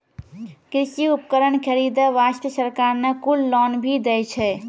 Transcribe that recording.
कृषि उपकरण खरीदै वास्तॅ सरकार न कुल लोन भी दै छै